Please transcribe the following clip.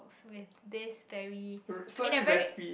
with this very in a very